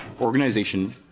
organization